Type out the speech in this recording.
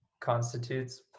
constitutes